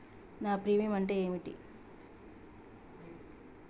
నా ప్రీమియం అంటే ఏమిటి?